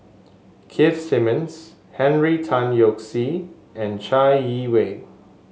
Keith Simmons Henry Tan Yoke See and Chai Yee Wei